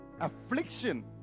Affliction